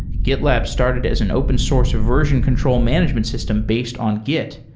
gitlab started as an open source version control management system based on git,